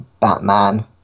Batman